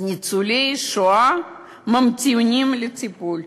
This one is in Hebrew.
אז ניצולי שואה ממתינים לטיפול,